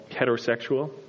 heterosexual